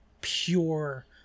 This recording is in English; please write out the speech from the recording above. pure